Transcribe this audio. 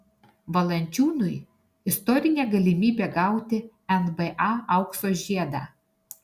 valančiūnui istorinė galimybė gauti nba aukso žiedą